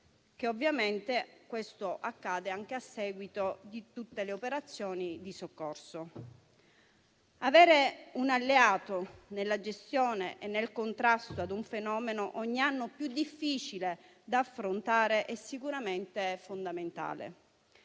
europea. Questo accade anche a seguito di tutte le operazioni di soccorso. Avere un alleato nella gestione e nel contrasto ad un fenomeno ogni anno più difficile da affrontare è sicuramente fondamentale.